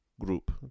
group